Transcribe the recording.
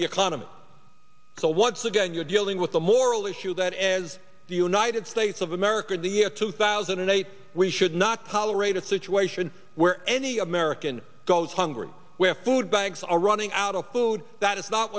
the economy so once again you're dealing with the moral issue that as the united states of america in the year two thousand and eight we should not tolerate a situation where any american goes hungry where food banks are running out of food that is not